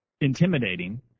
intimidating